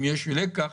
אם יש לקח,